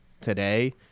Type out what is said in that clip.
today